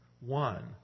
One